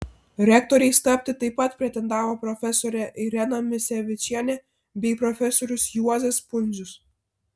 rektoriais tapti taip pat pretendavo profesorė irena misevičienė bei profesorius juozas pundzius